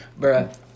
Bruh